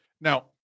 Now